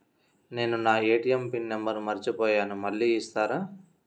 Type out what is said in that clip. నేను నా ATM pin number మర్చిపోయాను మళ్ళీ ఇస్తారా?